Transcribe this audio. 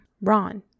ron